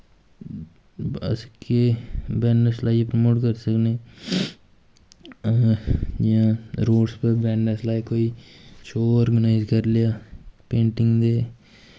अस केह् बैनर्स लाइयै प्रमोट करी सकने आं जियां रोड़स पर बैनर लाए कोई शो आर्गानाइज करी लेआ पेंटिंग ते